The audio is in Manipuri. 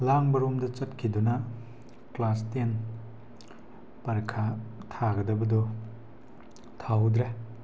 ꯂꯥꯡꯕꯔꯣꯝꯗ ꯆꯠꯈꯤꯗꯨꯅ ꯀ꯭ꯂꯥꯁ ꯇꯦꯟ ꯄꯔꯤꯈꯥ ꯊꯥꯒꯗꯕꯗꯣ ꯊꯥꯍꯧꯗ꯭ꯔꯦ